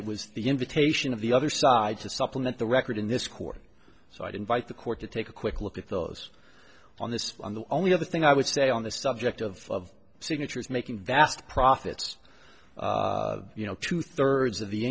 it was the invitation of the other side to supplement the record in this court so i'd invite the court to take a quick look at those on this on the only other thing i would say on the subject of signatures making vast profits you know two thirds of the